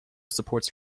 supports